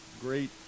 great